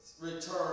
return